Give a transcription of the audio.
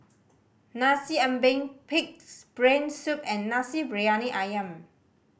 Nasi Ambeng Pig's Brain Soup and Nasi Briyani Ayam